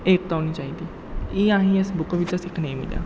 एकता होनी चाहिदी एह् असें गी इस बुक बिच्चा सिक्खने गी मिलेआ